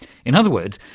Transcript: in other words,